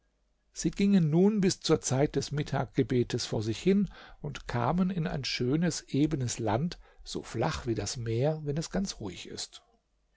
sie gingen nun bis zur zeit des mittaggebetes vor sich hin und kamen in ein schönes ebenes land so flach wie das meer wenn es ganz ruhig ist